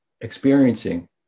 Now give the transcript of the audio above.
Experiencing